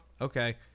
Okay